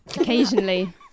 Occasionally